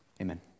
Amen